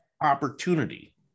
opportunity